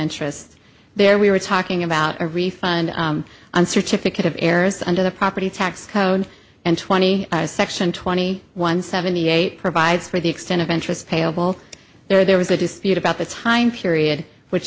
interest there we were talking about a refund on certificate of errors under the property tax code and twenty section twenty one seventy eight provides for the extent of interest payable there was a dispute about the time period which